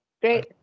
Great